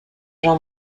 jean